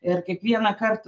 ir kiekvienąkart